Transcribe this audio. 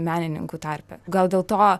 menininkų tarpe gal dėl to